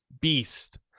beast